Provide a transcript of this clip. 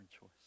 choice